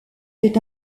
fait